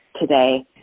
today